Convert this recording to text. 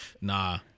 Nah